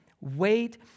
wait